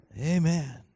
Amen